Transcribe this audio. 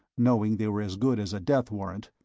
knowing they were as good as a death warrant,